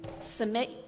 submit